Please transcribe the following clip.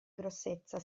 grossezza